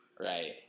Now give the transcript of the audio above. Right